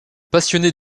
passionnée